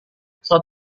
pesawat